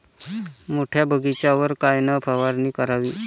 मोठ्या बगीचावर कायन फवारनी करावी?